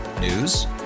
News